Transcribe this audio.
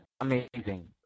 amazing